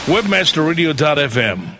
WebmasterRadio.fm